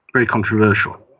very controversial.